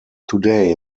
today